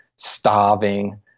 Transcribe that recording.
starving